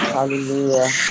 Hallelujah